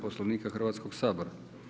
Poslovnika Hrvatskoga sabora.